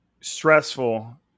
stressful